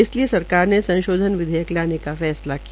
इसलिए सरकार ने संशोधन विधेयक लाने का फैसला किया